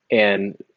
and